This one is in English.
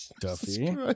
Duffy